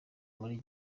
muri